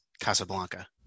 Casablanca